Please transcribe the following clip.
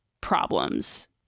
problems